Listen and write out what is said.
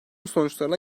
sonuçlarına